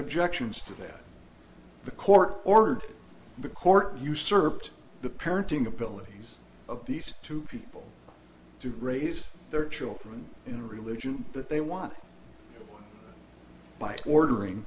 objections to that the court ordered the court usurped the parenting abilities of these two people to raise their children in religion that they want by ordering